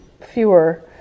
fewer